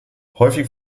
häufig